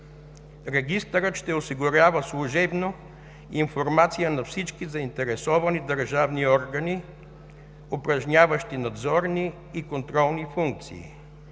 Регистърът ще осигурява служебно информация на всички заинтересовани държавни органи, упражняващи надзорни и контролни функции,